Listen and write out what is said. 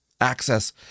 access